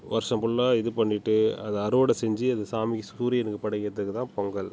வர்ஷம் புல்லா இது பண்ணிவிட்டு அதை அறுவடை செஞ்சு அது சாமிக்கு சூரியனுக்கு படைக்கறத்துக்கு தான் பொங்கல்